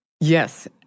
Yes